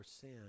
sin